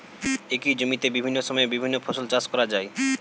একই জমিতে বিভিন্ন সময়ে বিভিন্ন ফসল চাষ করা যায়